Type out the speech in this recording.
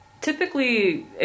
Typically